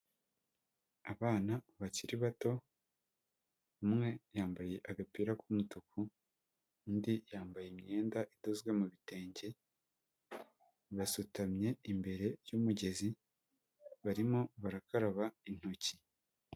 Abana bakiri bato, umwe yambaye agapira k'umutuku, undi yambaye imyenda idozwe mu bitenge, basutamye imbere y'umugezi, barimo barakaraba intoki.